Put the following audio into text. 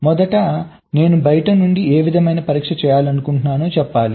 మొదట నేను బయటి నుండి ఏ విధమైన పరీక్ష చేయాలనుకుంటున్నాను చెప్పాలి